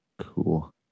Cool